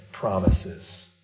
promises